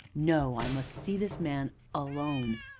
no i must see this man alone.